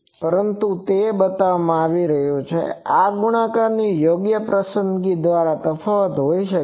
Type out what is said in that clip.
પરંતુ તે બતાવવામાં આવ્યું છે કે આ આંતરિક ગુણાકારની યોગ્ય પસંદગી દ્વારા તફાવત હોઈ શકે છે